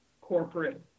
corporate